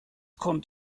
kommt